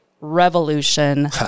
Revolution